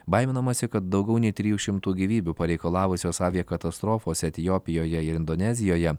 baiminamasi kad daugiau nei trijų šimtų gyvybių pareikalavusios aviakatastrofos etiopijoje ir indonezijoje